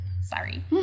Sorry